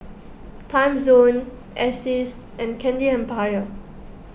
Timezone Asics and Candy Empire